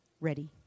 ready